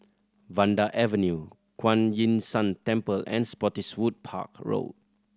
Vanda Avenue Kuan Yin San Temple and Spottiswoode Park Road